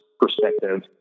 perspective